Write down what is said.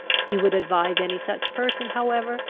he would advise any such person, however,